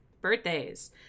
Birthdays